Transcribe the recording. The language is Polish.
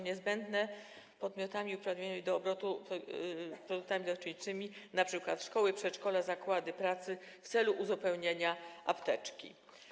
Niezbędne... podmiotami uprawnionymi do obrotu produktami leczniczymi, np. szkoły, przedszkola, zakłady pracy w celu uzupełnienia apteczki.